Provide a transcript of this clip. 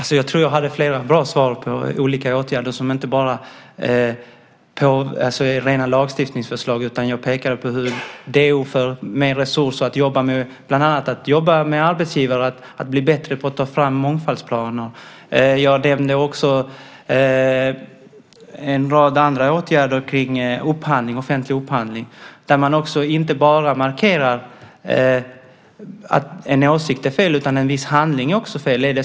Fru talman! Jag har flera bra svar om olika åtgärder, inte bara rena lagstiftningsförslag. Jag pekade på hur DO får mer resurser, bland annat att jobba med arbetsgivare för att de ska bli bättre på att ta fram mångfaldsplaner. Jag nämnde också en rad andra åtgärder kring offentlig upphandling, där man markerar att inte bara en viss åsikt är fel utan att också en viss handling är fel.